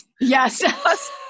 Yes